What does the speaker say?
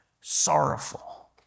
sorrowful